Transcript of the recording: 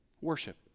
Worship